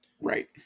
right